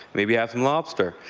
maybe have some lobster.